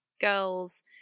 girls